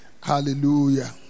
Hallelujah